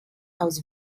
aus